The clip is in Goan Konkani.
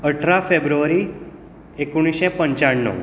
अठरा फेब्रुवारी एकुणीशे पंचाण्णव